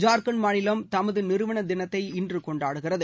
ஜார்க்கண்ட் மாநிலம் தமது நிறுவன தினத்தை இன்று கொண்டாடுகிறது